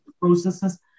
processes